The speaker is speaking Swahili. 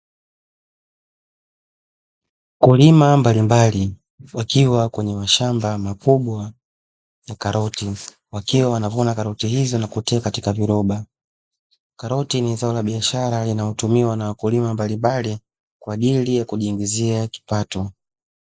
Wakulima mbalimbali wakiwa kwenye mashamba makubwa ya karoti wakiwa wanavuna karoti hizo na kuteka katika viroba, karoti nizao la biashara linalotumiwa na wakulima mbalimbali kwa ajili ya kujiingizia kipato.